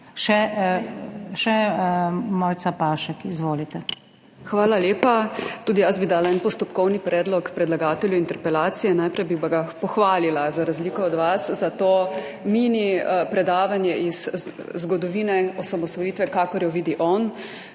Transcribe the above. Svoboda):** Hvala lepa. Tudi jaz bi dala en postopkovni predlog predlagatelju interpelacije, najprej bi pa ga pohvalila, za razliko od vas, za to mini predavanje iz zgodovine osamosvojitve, kakor jo vidi on.